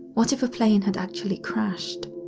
what if a plane had actually crashed?